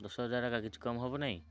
ଦଶ ହଜାର କିଛି କମ୍ ହବ ନାହିଁ